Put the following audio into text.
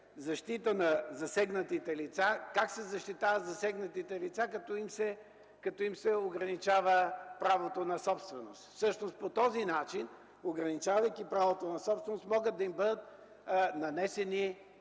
„защита на засегнатите лица” – как се защитават засегнатите лица, като им се ограничава правото на собственост? Всъщност по този начин, ограничавайки правото на собственост, могат да им бъдат нанесени